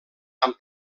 amb